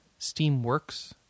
Steamworks